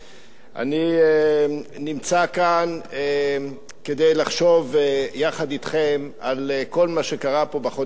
אני נמצא כאן כדי לחשוב יחד אתכם על כל מה שקרה פה בחודשים האחרונים,